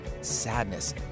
sadness